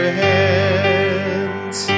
hands